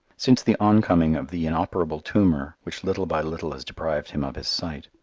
since the oncoming of the inoperable tumour, which little by little has deprived him of his sight,